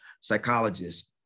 psychologists